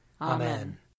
Amen